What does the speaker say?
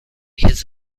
his